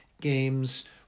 games